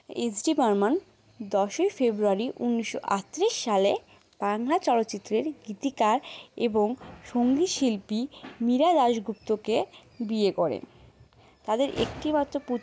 S D Burman দশই ফেব্রুয়ারি উনিশশো আটত্রিশ সালে বাংলা চলচ্চিত্রের গীতিকার এবং সঙ্গীতশিল্পী মীরা দাসগুপ্তকে বিয়ে করে তাদের একটিমাত্র পুত্র